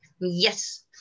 yes